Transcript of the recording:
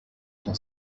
son